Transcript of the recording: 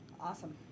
Awesome